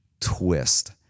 twist